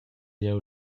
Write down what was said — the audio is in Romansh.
jeu